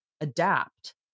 adapt